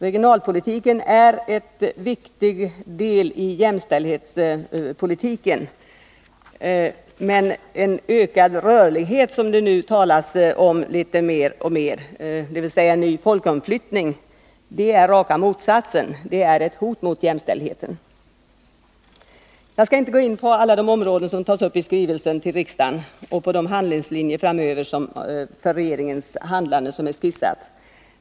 Regionalpolitiken är en viktig deli jämställdhetspolitiken, men en ökad rörlighet, som det talas om mer och mer — dvs. en ny folkomflyttning — är raka motsatsen. Den är ett hot mot jämställdheten. Jag skallinte gå in på alla de områden som tas upp i skrivelsen till riksdagen och på de riktlinjer för regeringens handlande framöver som skissas.